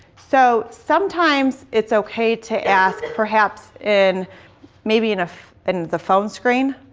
so sometimes it's ok to ask, perhaps, in maybe in ah in the phone screen